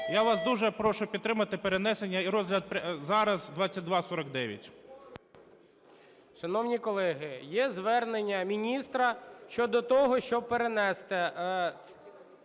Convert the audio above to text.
Я вас дуже прошу підтримати перенесення і розгляд зараз 2249.